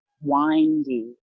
windy